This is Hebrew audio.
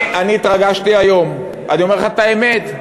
בדיוק.